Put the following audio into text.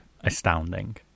astounding